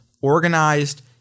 organized